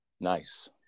Nice